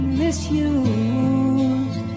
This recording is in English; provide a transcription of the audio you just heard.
misused